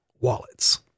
wallets